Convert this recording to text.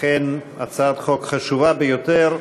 אכן הצעת חוק חשובה ביותר.